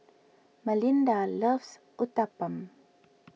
Malinda loves Uthapam